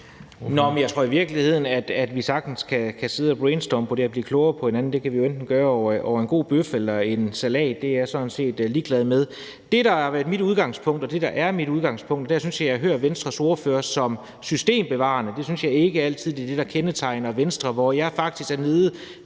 (S): Jeg tror i virkeligheden, at vi sagtens kan sidde og brainstorme på det her og blive klogere på hinanden. Det kan vi jo enten gøre over en god bøf eller en skål salat – det er jeg sådan set ligeglad med. Det, der har været og er mit udgangspunkt, er, at jeg synes, jeg hører Venstres ordfører som systembevarende, og det synes jeg ikke altid er det, der kendetegner Venstre. Jeg er faktisk inde